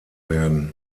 werden